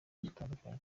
dutandukanye